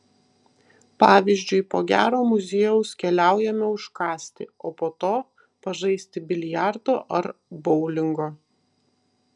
pavyzdžiui po gero muziejaus keliaujame užkąsti o po to pažaisti biliardo ar boulingo